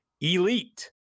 elite